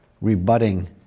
rebutting